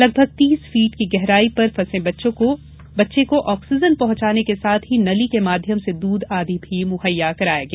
लगभग तीस फीट की गहराई पर फंसे बच्चे को ऑक्सीजन पहुंचाने के साथ ही नली के माध्यम से दूध आदि भी मुहैया कराया गया